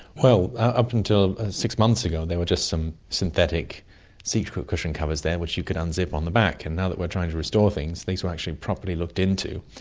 well, up until six months ago they were just some synthetic seat cushion covers there which you could unzip on the back, and now that we're trying to restore things these were actually properly looked into.